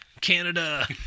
Canada